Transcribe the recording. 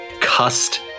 cussed